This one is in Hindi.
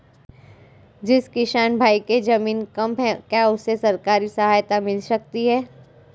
जिस किसान भाई के ज़मीन कम है क्या उसे सरकारी सहायता मिल सकती है?